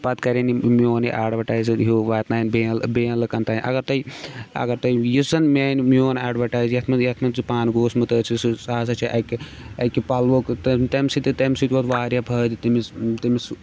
پَتہٕ کَرن یِم میون یہِ اَٮ۪ڈوَٹایز ہُہ واتناون بیٚیہِ بیٚیَن لُکَن تانۍ اگر تۄہہِ اگر تۄہہِ یُس زَن میانہِ میون اَٮ۪ڈوَٹایز یَتھ منٛز یَتھ منٛز ژٕ پانہٕ گوس مُتٲثِر سُہ سُہ ہسا چھِ اَکہِ اَکہِ پَلوُک تم تمہِ سۭتۍ تہِ تَمہِ سۭتۍ تہِ ووت واریاہ فٲیدٕ تٔمِس تٔمِس